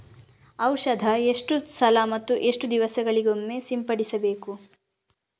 ಔಷಧ ಎಷ್ಟು ಸಲ ಮತ್ತು ಎಷ್ಟು ದಿವಸಗಳಿಗೊಮ್ಮೆ ಸಿಂಪಡಿಸಬೇಕು?